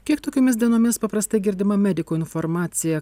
kiek tokiomis dienomis paprastai girdima medikų informacija